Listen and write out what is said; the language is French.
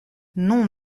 non